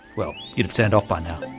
well, you'd have turned off by now.